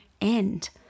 end